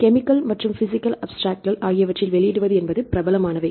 chemical மற்றும் physical அப்ஸ்ட்ரக்ட்கள் ஆகியவற்றில் வெளியிடுவது என்பது பிரபலமானவை